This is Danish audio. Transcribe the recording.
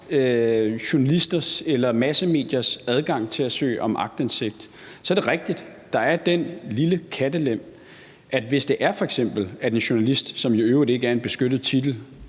journalisters eller massemediers adgang til at søge om aktindsigt. Så er det rigtigt, at der er den lille kattelem, at hvis det f.eks. drejer sig om en journalist – som i øvrigt ikke er en beskyttet titel;